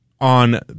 On